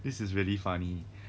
this is really funny